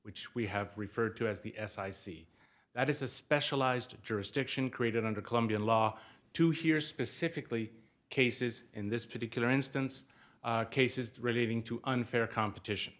which we have referred to as the as i see that is a specialized jurisdiction created under colombian law to hear specifically cases in this particular instance cases relating to unfair competition